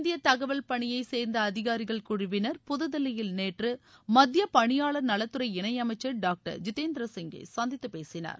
இந்திய தகவல் பணியை சேன்ந்த அதிகாரிகள் குழுவினா் புதுதில்லியில் நேற்று மத்திய பணியாளர் நலத்துறை இணையமைச்சர் டாக்டா ஜிதேந்திர சிங்கை சந்தித்து பேசினர்